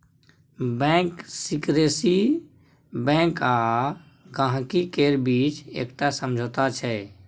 bank secrecy bank आ गांहिकी केर बीचक एकटा समझौता छै